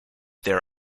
their